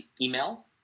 email